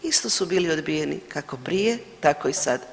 Isto su bili odbijeni, kako prije tako i sad.